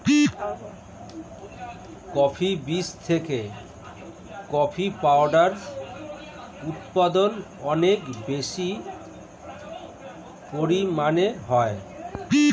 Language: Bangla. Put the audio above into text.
কফি বীজ থেকে কফি পাউডার উৎপাদন অনেক বেশি পরিমাণে হয়